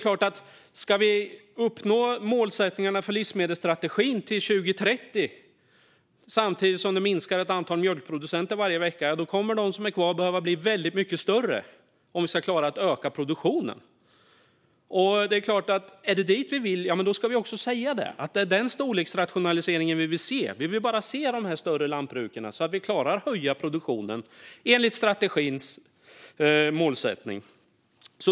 Om vi ska uppnå målsättningarna för livsmedelsstrategin till 2030 samtidigt som antalet mjölkproducenter minskar varje vecka kommer de som är kvar att behöva bli väldigt mycket större om vi ska klara av att öka produktionen. Om det är dit vi vill ska vi också säga det - att det är den storleksrationaliseringen vi vill se och att vi bara vill se större lantbruk så att vi klarar att höja produktionen enligt strategins målsättning.